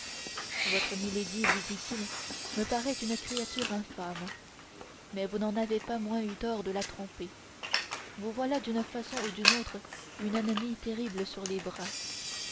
votre milady lui dit-il me paraît une créature infâme mais vous n'en avez pas moins eu tort de la tromper vous voilà d'une façon ou d'une autre une ennemie terrible sur les bras